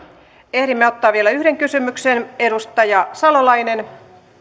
ehdimme ottaa vielä yhden kysymyksen edustaja salolainen